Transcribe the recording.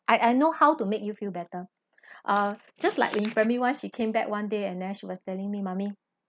I I know how to make you feel better uh just like in primary one she came back one day and then she was telling me mummy